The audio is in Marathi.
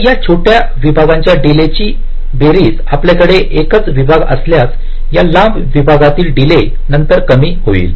तर या छोट्या विभागांच्या डीले ची बेरीज आपल्याकडे एकच विभाग असल्यास या लांब विभागातील डीले नंतर कमी होईल